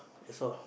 that's all